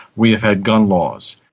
we had gun laws.